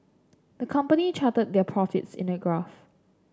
the company charted their profits in a graph